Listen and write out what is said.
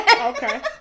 Okay